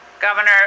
Governor